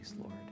Lord